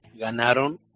ganaron